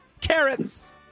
carrots